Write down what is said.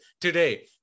today